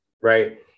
right